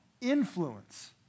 influence